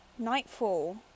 Nightfall